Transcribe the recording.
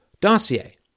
dossier